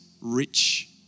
rich